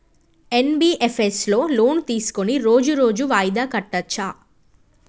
NBFS లో loan తీస్కొని రోజు రోజు వాయిదా కట్టచ్ఛా?